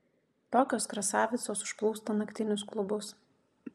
tokios krasavicos užplūsta naktinius klubus